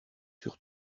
sur